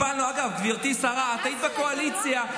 אגב, גברתי השרה, את היית בקואליציה.